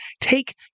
take